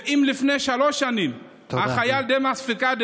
ואם לפני שלוש שנים החייל דמאס פיקדה,